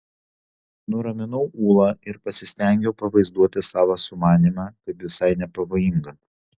nuraminau ulą ir pasistengiau pavaizduoti savo sumanymą kaip visai nepavojingą